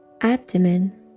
abdomen